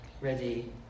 ready